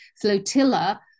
flotilla